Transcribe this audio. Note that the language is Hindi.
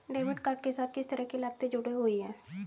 डेबिट कार्ड के साथ किस तरह की लागतें जुड़ी हुई हैं?